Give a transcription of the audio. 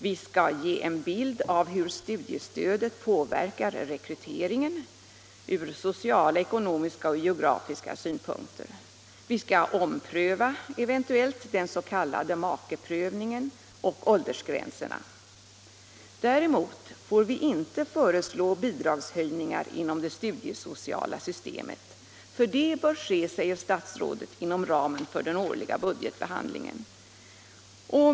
Vi skall ge en bild av hur studiestödet påverkar rekryteringen ur sociala, ekonomiska och geografiska synpunkter. Vi skall eventuellt ompröva den s.k. makeprövningen och åldersgränserna. Däremot får vi inte föreslå bidragshöjningar inom det studiesociala systemet. Det bör ske, säger statsrådet, inom ramen för den årliga budgetbehandlingen.